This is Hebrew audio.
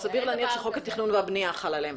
גם סביר להניח שחוק התכנון והבנייה חל עליהם.